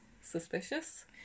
suspicious